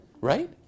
Right